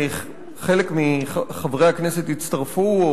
חלק מחברי הכנסת הצטרפו,